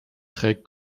trägt